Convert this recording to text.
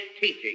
teaching